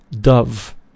dove